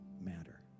matter